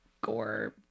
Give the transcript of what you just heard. gore